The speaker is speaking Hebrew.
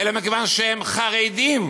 אלא מכיוון שהם חרדים.